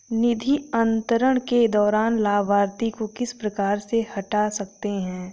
निधि अंतरण के दौरान लाभार्थी को किस प्रकार से हटा सकते हैं?